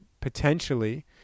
potentially